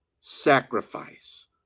sacrifice